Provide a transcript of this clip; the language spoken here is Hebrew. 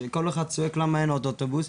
שכל אחד צועק למה אין עוד אוטובוס.